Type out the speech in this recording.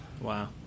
Wow